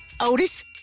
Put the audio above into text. Otis